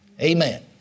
Amen